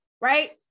right